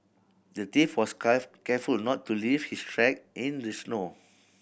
the thief was careful to not leave his track in the snow